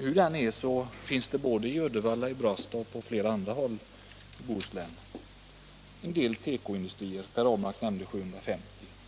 Hur det än är så finns det i Uddevalla, i Brastad och på andra håll i Bohuslän en del tekoindustrier. Per Ahlmark nämnde 750 anställda.